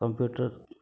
computer